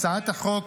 הצעת החוק